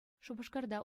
шупашкарта